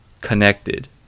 connected